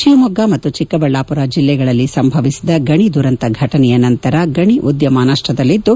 ಶಿವಮೊಗ್ಗ ಮತ್ತು ಚಿಕ್ಕಬಳ್ಣಾಪುರ ಜಲ್ಲೆಗಳಲ್ಲಿ ಸಂಭವಿಸಿದ ಗಣಿ ದುರಂತ ಘಟನೆಯ ನಂತರ ಗಣಿ ಉದ್ದಮ ನಷ್ನದಲ್ಲಿದ್ದು